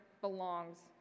belongs